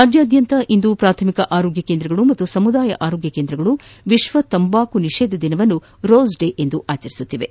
ರಾಜ್ಯಾದ್ಯಂತ ಇಂದು ಪ್ರಾಥಮಿಕ ಆರೋಗ್ಯ ಕೇಂದ್ರಗಳು ಹಾಗೂ ಸಮುದಾಯ ಆರೋಗ್ಯ ಕೇಂದ್ರಗಳು ವಿಶ್ವ ತಂಬಾಕು ನಿಷೆಧ ದಿನವನ್ನು ರೋಸ್ ಡೇ ಹೆಸರಿನಲ್ಲಿ ಆಚರಿಸುತ್ತಿವೆ